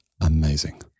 Amazing